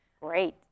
Great